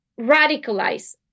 radicalize